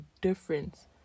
difference